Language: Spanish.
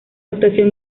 actuación